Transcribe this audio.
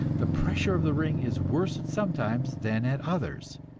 the pressure of the ring is worse at some times than at others.